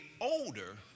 older